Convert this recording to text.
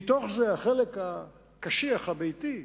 מתוך זה, החלק הקשיח, הביתי,